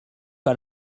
pas